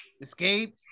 Escape